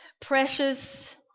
precious